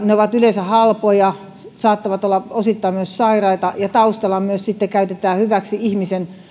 ne ovat yleensä halpoja saattavat olla osittain myös sairaita ja taustalla myös sitten käytetään hyväksi ihmisen